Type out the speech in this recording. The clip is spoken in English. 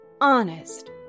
Honest